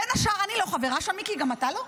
בין השאר, אני לא חברה שם, מיקי, גם אתה לא.